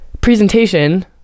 presentation